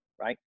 right